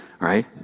Right